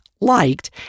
liked